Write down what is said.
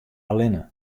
allinne